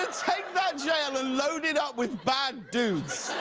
take that jail and load it up with bad dudes.